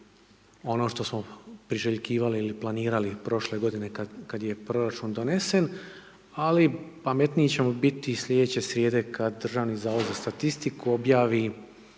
ono što smo priželjkivali ili planirali prošle godine kada je proračun donesen, ali pametniji ćemo biti slijedeće srijede kada Državni zavod za statistiku objavi